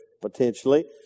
potentially